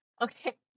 Okay